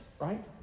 right